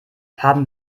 haben